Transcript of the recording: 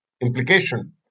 implication